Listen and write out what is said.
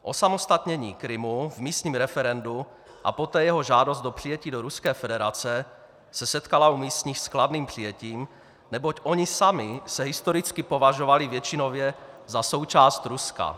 Osamostatnění Krymu v místním referendu a poté jeho žádost o přijetí do Ruské federace se setkala u místních s kladným přijetím, neboť oni sami se historicky považovali většinově za součást Ruska.